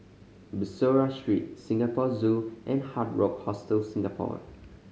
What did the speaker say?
Bussorah Street Singapore Zoo and Hard Rock Hostel Singapore